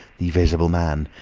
the visible man!